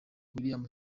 william